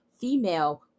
female